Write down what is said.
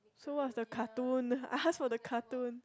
so what is the cartoon I ask for the cartoon